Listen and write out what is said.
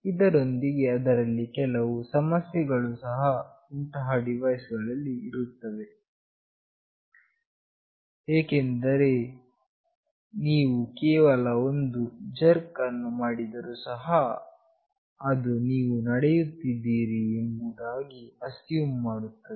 ಇದರೊಂದಿಗೆ ಅದರಲ್ಲಿ ಕೆಲವು ಸಮಸ್ಯೆಗಳು ಸಹ ಇಂತಹ ಡಿವೈಸ್ ಗಳಲ್ಲಿ ಇರುತ್ತವೆ ಏಕೆಂದರೆ ನೀವು ಕೇವಲ ಒಂದು ಜರ್ಕ್ ಅನ್ನು ಮಾಡಿದರೂ ಸಹ ಅದು ನೀವು ನಡೆಯುತ್ತಿದ್ದೀರಿ ಎಂಬುದಾಗಿ ಅಸ್ಯೂಮ್ ಮಾಡುತ್ತದೆ